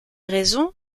raison